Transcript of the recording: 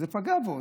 אז זה פגע בו.